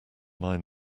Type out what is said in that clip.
mind